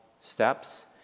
steps